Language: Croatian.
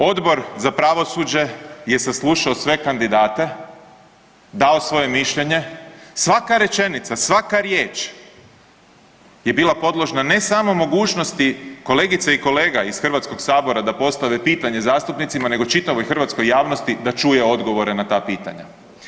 Odbor za pravosuđe je saslušao sve kandidate, dao svoje mišljenje, svaka rečenica, svaka riječ je bila podložna, ne samo mogućnosti, kolegice i kolega iz HS-a da postave pitanje zastupnicima, nego čitavoj hrvatskoj javnosti da čuje odgovore na ta pitanja.